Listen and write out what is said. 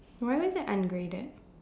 why was that ungraded